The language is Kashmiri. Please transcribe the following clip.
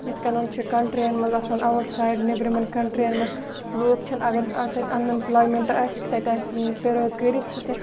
یِتھ کٔنۍ چھِ کَنٛٹِرٛیَن منٛز آسان آوُٹ سایڈ نیٚبرِمٮ۪ن کَنٛٹِرٛیَن مَنٛز لوٗکھ چھِنہٕ اَگَر تَتہِ اَن اٮ۪مپٕلایمٮ۪نٛٹ آسہِ تَتہِ آسہِ نہٕ بےٚ روزگٲری سُہ چھِنہٕ